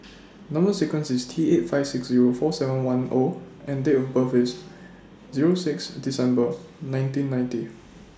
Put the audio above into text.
Number sequence IS T eight five six Zero four seven one O and Date of birth IS Zero six December nineteen ninety